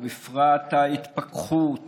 ובפרט התפכחות